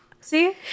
See